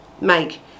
make